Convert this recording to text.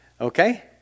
Okay